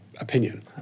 opinion